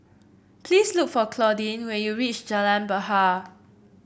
please look for Claudine when you reach Jalan Bahar